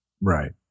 Right